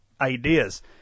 ideas